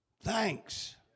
Thanks